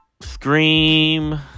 Scream